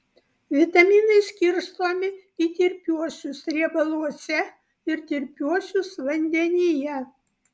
vitaminai skirstomi į tirpiuosius riebaluose ir tirpiuosius vandenyje